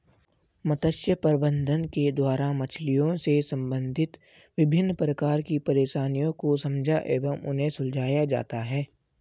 मत्स्य प्रबंधन के द्वारा मछलियों से संबंधित विभिन्न प्रकार की परेशानियों को समझा एवं उन्हें सुलझाया जाता है